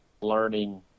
learning